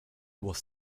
was